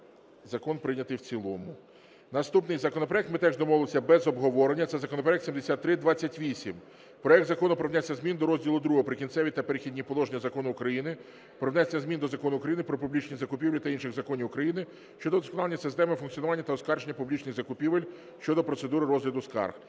Закон прийнятий в цілому. Наступний законопроект ми теж домовилися без обговорення, це законопроект 7328. Проект Закону про внесення змін до розділу ІІ "Прикінцеві та перехідні положення" Закону України "Про внесення змін до Закону України "Про публічні закупівлі" та інших законів України щодо вдосконалення системи функціонування та оскарження публічних закупівель" щодо процедури розгляду скарг.